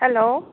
hello